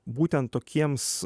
būtent tokiems